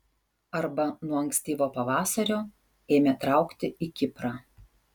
arba nuo ankstyvo pavasario ėmė traukti į kiprą